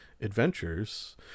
adventures